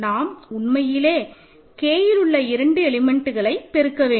நாம் உண்மையிலே Kயிலுள்ள இரண்டு எலிமெண்ட்க்களை பெருக்க வேண்டும்